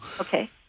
Okay